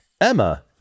Emma